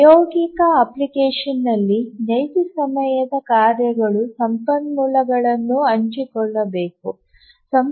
ಪ್ರಾಯೋಗಿಕ ಅಪ್ಲಿಕೇಶನ್ನಲ್ಲಿ ನೈಜ ಸಮಯದ ಕಾರ್ಯಗಳು ಸಂಪನ್ಮೂಲಗಳನ್ನು ಹಂಚಿಕೊಳ್ಳಬೇಕು